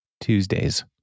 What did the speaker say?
Tuesdays